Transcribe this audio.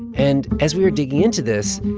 and as we were digging into this,